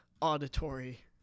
auditory